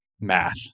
math